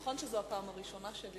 נכון שזאת הפעם הראשונה שלי,